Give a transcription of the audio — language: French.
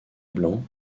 blanc